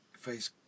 face